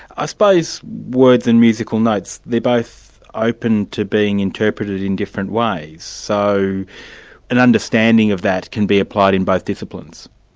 i suppose words and musical notes, they're both open to being interpreted in different ways. so an understanding of that can be applied in both disciplines.